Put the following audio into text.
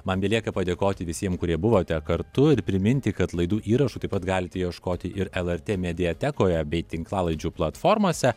man belieka padėkoti visiem kurie buvote kartu ir priminti kad laidų įrašų taip pat galite ieškoti ir lrt mediatekoje bei tinklalaidžių platformose